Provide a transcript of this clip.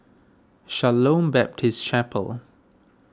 Shalom Baptist Chapel